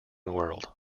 world